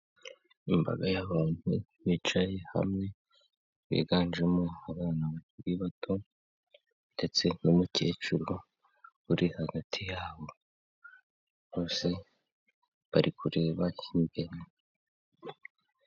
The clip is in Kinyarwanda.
Imbaga y'abantu bicaye hamwe, biganjemo abana bakiri bato ndetse n'umukecuru uri hagati yabo, bose bari kureba imbere.